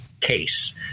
case